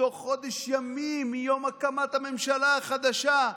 תוך חודש ימים מיום הקמת הממשלה החדשה.